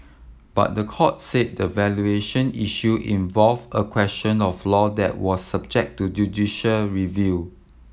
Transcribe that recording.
but the court said the valuation issue involved a question of law that was subject to judicial review